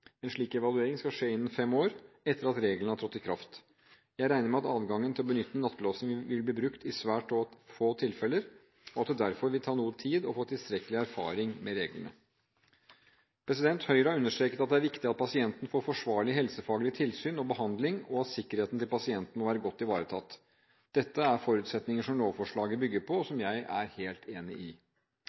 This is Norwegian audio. En slik evaluering skal skje innen fem år etter at reglene har trådt i kraft. Jeg regner med at adgangen til å benytte nattelåsing vil bli brukt i svært få tilfeller, og at det derfor vil ta noe tid å få tilstrekkelig erfaring med reglene. Høyre har understreket at det er viktig at pasienten får «forsvarlig helsefaglig tilsyn og behandling, og at sikkerheten til pasienten må være godt ivaretatt». Dette er forutsetninger som lovforslaget bygger på, og som jeg er helt enig i.